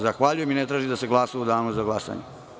Zahvaljujem i ne tražim da se glasa u danu za glasanje.